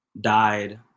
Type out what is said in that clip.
died